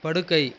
படுக்கை